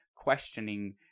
Questioning